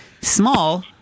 small